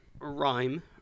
Rhyme